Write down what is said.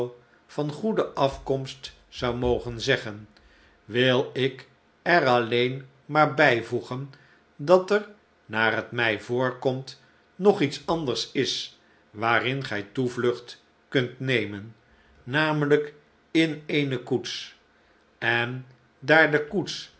van goede af komst zou mogen zeggen wil ik er alleen maar bijvoegen dat er naar het mij voorkomt nog iets anders is waarin gij toevlucht kunt nemen namelijk in eene koets en daar de koets